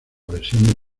versión